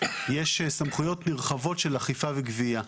יש סמכויות נרחבות של אכיפה וגבייה.